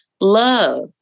Love